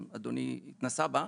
אם אדוני התנסה בה,